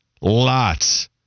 Lots